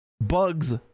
bugs